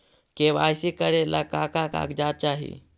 KYC करे ला का का कागजात चाही?